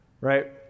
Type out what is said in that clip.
right